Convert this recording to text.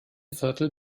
viertel